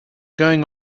going